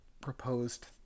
proposed